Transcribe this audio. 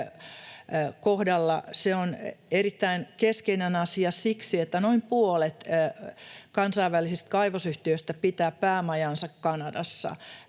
kohdalla se on erittäin keskeinen asia siksi, että noin puolet kansainvälisistä kaivosyhtiöistä pitää päämajaansa Kanadassa.